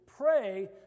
Pray